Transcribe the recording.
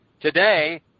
today